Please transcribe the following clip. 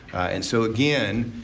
and so again,